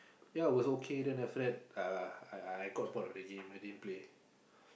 ya was okay then after that uh I I got bored of the game I didn't play